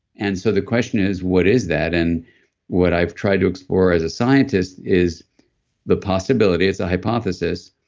and so the question is, what is that? and what i've tried to explore as a scientist is the possibility, it's a hypothesis,